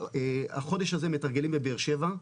החודש הזה אנחנו מתרגלים בבאר שבע,